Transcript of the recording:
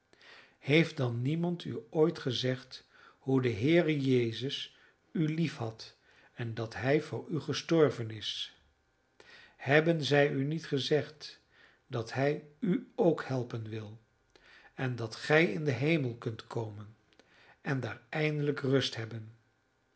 heeft dan niemand u ooit gezegd hoe de heere jezus u liefhad en dat hij voor u gestorven is hebben zij u niet gezegd dat hij u ook helpen wil en dat gij in den hemel kunt komen en daar eindelijk rust hebben